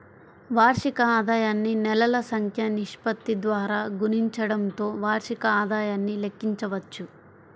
వార్షిక ఆదాయాన్ని నెలల సంఖ్య నిష్పత్తి ద్వారా గుణించడంతో వార్షిక ఆదాయాన్ని లెక్కించవచ్చు